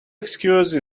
excuse